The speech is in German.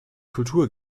kultur